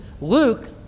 Luke